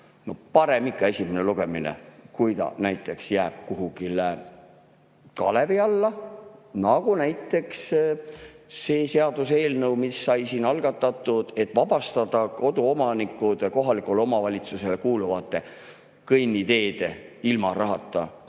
parem ikka esimene lugemine kui see, et ta näiteks jääb kuhugi kalevi alla. Nagu näiteks see seaduseelnõu, mis sai siin algatatud, et vabastada koduomanikud kohalikule omavalitsusele kuuluvate kõnniteede lumest ilma rahata